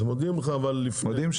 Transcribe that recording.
מודיעים לך לפני.